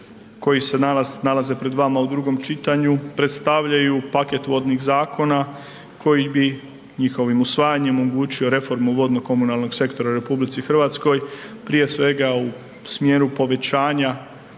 koji se danas nalaze pred vama u drugom čitanju predstavljaju paket vodnih zakona koji bi, njihovim usvajanjem, omogućio reformu vodno-komunalnog sektora u RH, prije svega u smjeru povećanja